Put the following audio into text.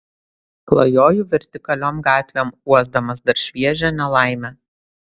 klajoju vertikaliom gatvėm uosdamas dar šviežią nelaimę